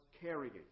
carrying